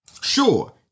Sure